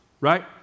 right